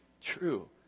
true